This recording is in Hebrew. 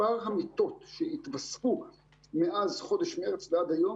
מספר המיטות שהתווספו מאז חודש מרץ ועד היום,